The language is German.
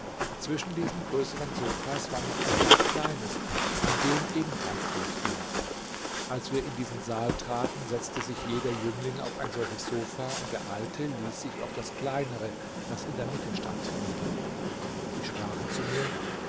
zwischen diesen größeren sofas war noch ein ganz kleines an dem ebenfalls alles blau war als wir in diesen saal traten setzte sich jeder jüngling auf ein solches sofa und der alte ließ sich auf das kleinere das in der mitte stand nieder sie sprachen zu mir